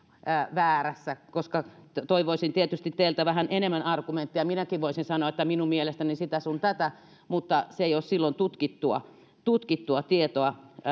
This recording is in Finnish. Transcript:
väärässä koska toivoisin tietysti teiltä vähän enemmän argumentteja minäkin voisin sanoa että minun mielestäni sitä sun tätä mutta se ei ole silloin tutkittua tutkittua tietoa